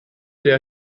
der